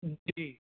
जी